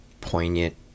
poignant